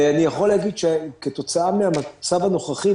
אני יכול להגיד שכתוצאה מהמצב הנוכחי,